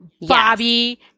bobby